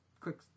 Quick